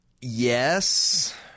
Yes